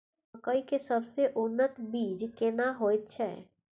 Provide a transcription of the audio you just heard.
मकई के सबसे उन्नत बीज केना होयत छै?